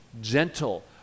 gentle